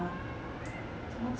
怎么讲